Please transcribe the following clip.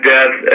Death